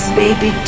baby